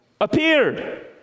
Appeared